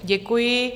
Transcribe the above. Děkuji.